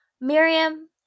Miriam